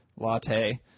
latte